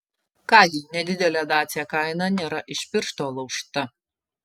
ką gi nedidelė dacia kaina nėra iš piršto laužta